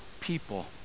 people